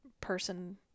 person